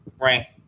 right